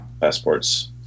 passports